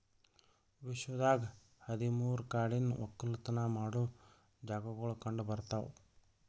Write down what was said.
ವಿಶ್ವದಾಗ್ ಹದಿ ಮೂರು ಕಾಡಿನ ಒಕ್ಕಲತನ ಮಾಡೋ ಜಾಗಾಗೊಳ್ ಕಂಡ ಬರ್ತಾವ್